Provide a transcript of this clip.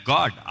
God